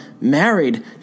married